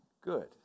good